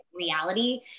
reality